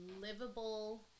livable